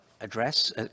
address